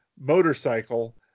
motorcycle